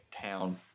town